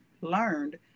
learned